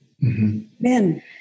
Men